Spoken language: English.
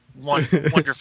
wonderful